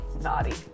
Naughty